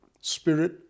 spirit